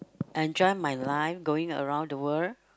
enjoy my life going around the world